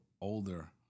older